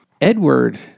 Edward